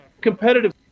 competitive